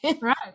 right